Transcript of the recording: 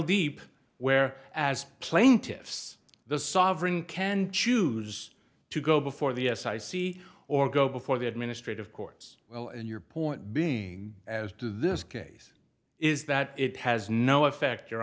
deep where as plaintiffs the sovereign can choose to go before the yes i see or go before the administrative courts well and your point being as this case is that it has no effect your